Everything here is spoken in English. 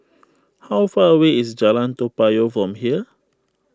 how far away is Jalan Toa Payoh from here